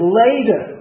later